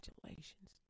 Congratulations